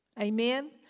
Amen